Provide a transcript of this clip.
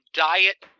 diet